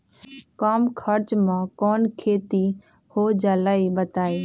कम खर्च म कौन खेती हो जलई बताई?